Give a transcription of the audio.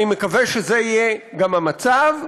אני מקווה שזה יהיה גם המצב,